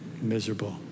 miserable